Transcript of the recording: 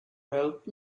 help